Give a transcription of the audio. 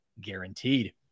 guaranteed